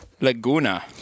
Laguna